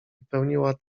wypełniła